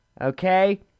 Okay